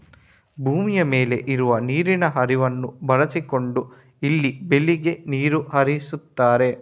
ಭೂಮಿಯ ಮೇಲೆ ಇರುವ ನೀರಿನ ಹರಿವನ್ನ ಬಳಸಿಕೊಂಡು ಇಲ್ಲಿ ಬೆಳೆಗೆ ನೀರು ಹರಿಸ್ತಾರೆ